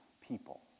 people